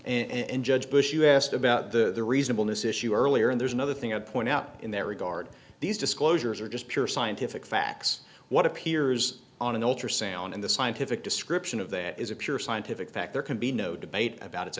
and judge bush you asked about the reasonableness issue earlier and there's another thing i'd point out in that regard these disclosures are just pure scientific facts what appears on an ultrasound and the scientific description of that is a pure scientific fact there can be no debate about it